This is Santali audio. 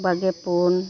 ᱵᱟᱜᱮ ᱯᱩᱱ